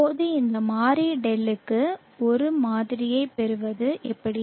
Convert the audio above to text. இப்போது இந்த மாறி δ க்கு ஒரு மாதிரியைப் பெறுவது எப்படி